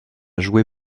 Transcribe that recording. jouer